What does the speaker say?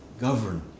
govern